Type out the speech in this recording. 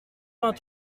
vingt